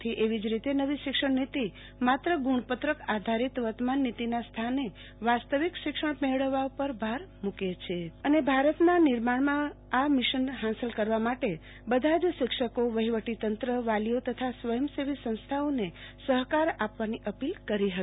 ચૈવી જ રીતેનવી શિક્ષણ નીતી માત્ર ગુણપત્રક આધારીત વર્તમાન નીતીના સ્થાને વાસ્તવિક્રે શિક્ષણ મેળવવા ઉપર ભારે મુકે છે અને ભારતના નિર્માણનું મિશન હાંસલ કરવા માટે બધા જ શિક્ષકો વૅફીવટીતંત્ર વાલીઓ તથા સ્વયંસેવી સંસ્થાઓને સહકાર આપવાની અપીલ કરી હતી